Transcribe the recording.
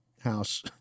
house